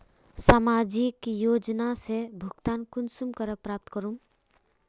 सामाजिक योजना से भुगतान कुंसम करे प्राप्त करूम?